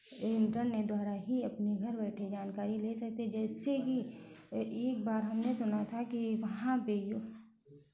ये इंटरनेट द्वारा ही अपने घर बैठे जानकारी ले सकते हैं जैसे कि ए एक बार हमने सुना था कि वहाँ पे